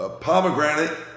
pomegranate